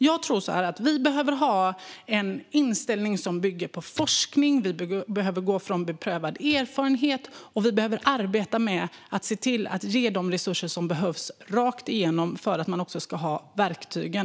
Jag tror att vi behöver ha en inställning som bygger på forskning, vi behöver utgå från beprövad erfarenhet och vi behöver se till att ge de resurser som behövs rakt igenom för att man ska ha verktygen.